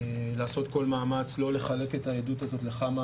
לעשות כל מאמץ לא לחלק את העדות הזו לכמה